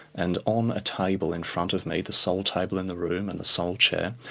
and on a table in front of me, the sole table in the room, and a sole chair,